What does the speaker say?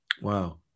Wow